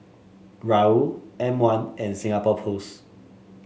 Raoul M one and Singapore Post